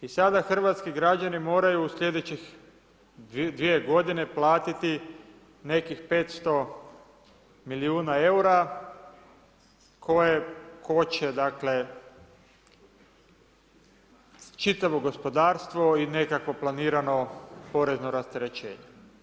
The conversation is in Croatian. I sada hrvatski građani moraju u slijedećih 2 godine platiti nekih 500 milijuna EUR-a koje koče čitavo gospodarstvo i nekakvo planirano porezno rasterećenje.